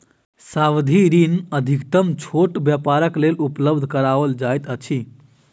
सावधि ऋण अधिकतम छोट व्यापारक लेल उपलब्ध कराओल जाइत अछि